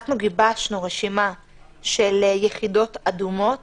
אנחנו גיבשנו רשימת יחידות אדומות